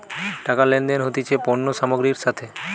টাকা লেনদেন হতিছে পণ্য সামগ্রীর সাথে